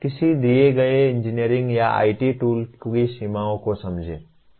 किसी दिए गए इंजीनियरिंग या IT टूल की सीमाओं को समझें